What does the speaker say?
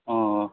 ᱚᱻ